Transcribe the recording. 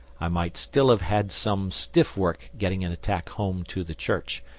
i might still have had some stiff work getting an attack home to the church,